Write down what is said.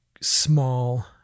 small